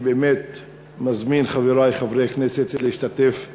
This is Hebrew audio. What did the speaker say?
אני מזמין את חברי חברי הכנסת להשתתף בהפגנה,